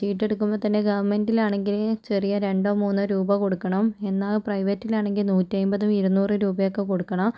ചീട്ടെടുക്കുമ്പോൾ തന്നെ ഗവൺമെൻറ്റിലാണെങ്കില് ചെറിയ രണ്ടോ മൂന്നോ രൂപ കൊടുക്കണം എന്നാൽ പ്രൈവറ്റിലാണെങ്കിൽ നൂറ്റിയെമ്പതും ഇരുന്നൂറും രൂപ ഒക്കെ കൊടുക്കണം